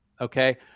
okay